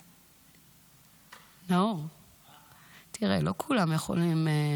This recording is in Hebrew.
נאור, תראה, לא כולם יכולים.